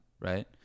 right